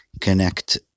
connect